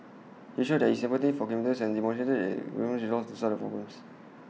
he showed his empathy for commuters and demonstrated the resolve to solve the problems